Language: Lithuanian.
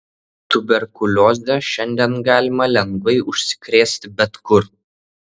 tuberkulioze šiandien galima lengvai užsikrėsti bet kur